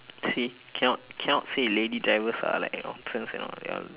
see cannot cannot say lady drivers are like that you know cannot cannot ya